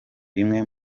bimwe